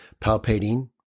palpating